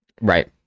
right